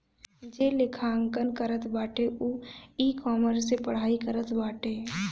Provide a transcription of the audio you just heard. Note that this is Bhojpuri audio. जे लेखांकन करत बाटे उ इकामर्स से पढ़ाई करत बाटे